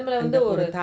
exactly